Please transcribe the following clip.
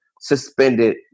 suspended